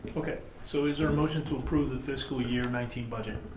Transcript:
okay, so is there a motion to approve the fiscal year nineteen budget?